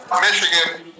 Michigan